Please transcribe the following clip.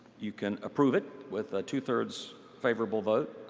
you can approve it with two-thirds favorable vote.